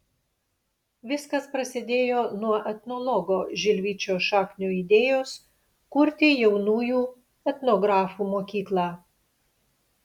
viskas prasidėjo nuo etnologo žilvičio šaknio idėjos kurti jaunųjų etnografų mokyklą